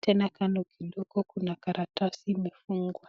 tena kando kidogo kuna karatasi imefungwa .